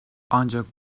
ancak